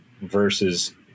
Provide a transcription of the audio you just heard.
versus